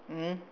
mmhmm